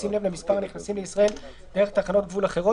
בשים לב למספר הנכנסים לישראל דרך תחנות גבול אחרות,